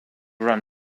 run